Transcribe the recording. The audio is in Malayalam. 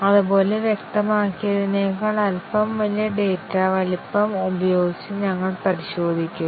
അതുപോലെ വ്യക്തമാക്കിയതിനേക്കാൾ അല്പം വലിയ ഡാറ്റ വലുപ്പം ഉപയോഗിച്ച് ഞങ്ങൾ പരിശോധിക്കുന്നു